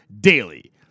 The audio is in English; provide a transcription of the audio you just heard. DAILY